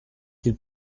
qu’il